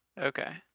Okay